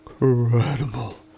incredible